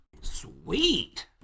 Sweet